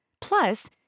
Plus